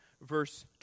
verse